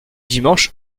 dimanche